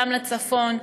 גם לצפון,